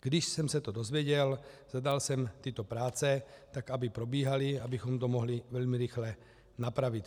Když jsem se to dozvěděl, zadal jsem tyto práce tak, aby probíhaly, abychom to mohli velmi rychle napravit.